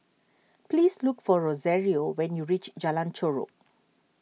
please look for Rosario when you reach Jalan Chorak